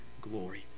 glory